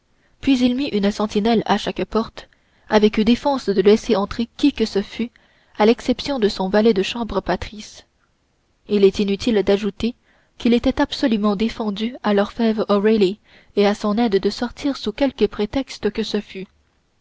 puis il mit une sentinelle à chaque porte avec défense de laisser entrer qui que ce fût à l'exception de son valet de chambre patrice il est inutile d'ajouter qu'il était absolument défendu à l'orfèvre o'reilly et à son aide de sortir sous quelque prétexte que ce fût